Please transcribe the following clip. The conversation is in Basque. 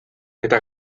eta